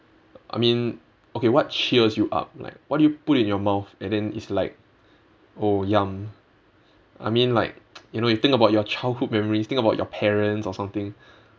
I mean okay what cheers you up like what do you put in your mouth and then it's like oh yum I mean like you know you think about your childhood memories think about your parents or something